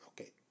Okay